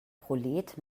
prolet